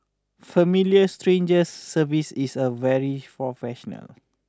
Familiar Strangers service is a very professional